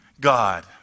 God